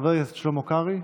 חבר הכנסת שלמה קרעי,